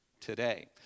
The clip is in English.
today